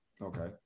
Okay